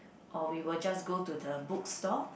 or we will just go to the bookstore